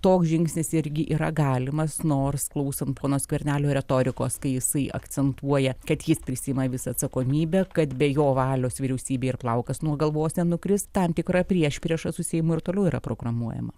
toks žingsnis irgi yra galimas nors klausant pono skvernelio retorikos kai jisai akcentuoja kad jis prisiima visą atsakomybę kad be jo valios vyriausybė ir plaukas nuo galvos nenukris tam tikra priešprieša su seimu ir toliau yra programuojama